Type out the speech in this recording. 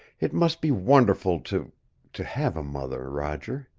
it must be wonderful to to have a mother, roger.